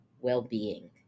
well-being